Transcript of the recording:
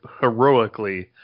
heroically